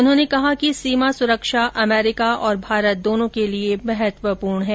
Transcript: उन्होंने कहा कि सीमा सुरक्षा अमरीका और भारत दोनों के लिए महत्वपूर्ण है